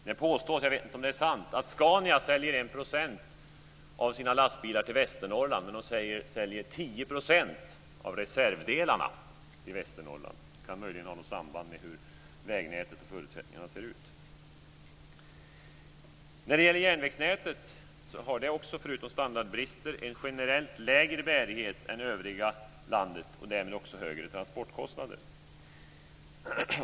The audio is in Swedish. Det påstås, men jag vet inte om det är sant, att Scania säljer 1 % av sina lastbilar till Västernorrland men att de säljer 10 % av reservdelarna till Västernorrland. Det kan möjligen ha något samband med hur vägnätet och förutsättningarna ser ut. Järnvägsnätet har förutom standardbrister en generellt lägre bärighet än i övriga landet, vilket innebär högre transportkostnader.